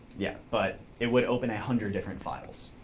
yeah. but it would open a hundred different files.